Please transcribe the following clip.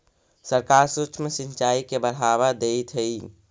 सरकार सूक्ष्म सिंचाई के बढ़ावा देइत हइ